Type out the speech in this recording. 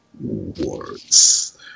words